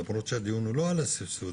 למרות שהדיון הוא לא על הסבסוד,